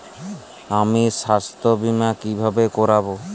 আমি স্বাস্থ্য বিমা কিভাবে করাব?